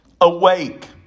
Awake